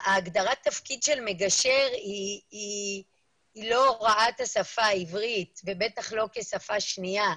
הגדרת התפקיד של מגשר היא לא הוראת השפה העברית ובטח לא כשפה שנייה,